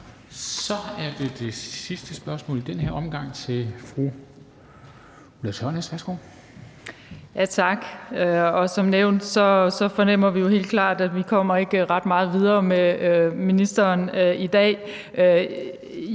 Så er det det sidste spørgsmål i denne omgang, og det er fra fru Ulla Tørnæs. Værsgo. Kl. 13:41 Ulla Tørnæs (V): Tak. Som nævnt fornemmer vi jo helt klart, at vi ikke kommer ret meget videre med ministeren i dag.